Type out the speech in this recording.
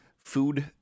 Food